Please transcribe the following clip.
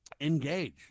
engage